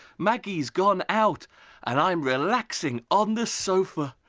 maggie's gone out and i am relaxing on the sofa.